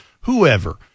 whoever